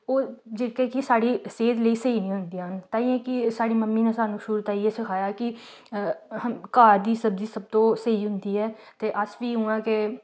ओह् जेह्के कि साढ़ी सेह्त लेई स्हेई निं होंदियां न ताइयें कि साढ़ी मम्मी ने सानूं शुरू तां इ'यै सखाया कि घर दी सब्जी सब तों स्हेई होंदी ऐ ते अस फ्ही उ'आं गे